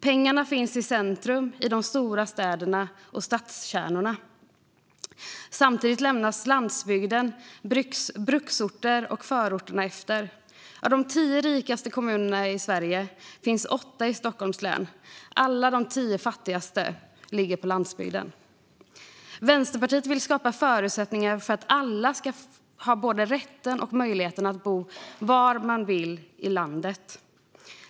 Pengarna finns i centrum, i de stora städerna och i stadskärnorna. Samtidigt lämnas landsbygden, bruksorterna och förorterna efter. Av de tio rikaste kommunerna i Sverige finns åtta i Stockholms län. Alla de tio fattigaste ligger på landsbygden. Vänsterpartiet vill skapa förutsättningar för att alla ska ha både rätten och möjligheten att bo var de vill i landet.